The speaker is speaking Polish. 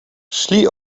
szli